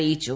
അറിയിച്ചു